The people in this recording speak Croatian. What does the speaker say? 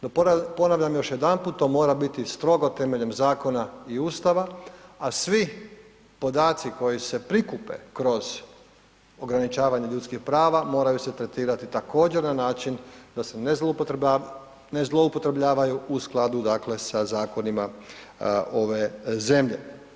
No ponavljam još jedanput, to mora biti strogo temeljem zakona i Ustava a svi podaci koji se prikupe kroz ograničavanja ljudskih prava moraju se tretirati također na način da se ne zloupotrebljavaju u skladu, dakle sa zakonima ove zemlje.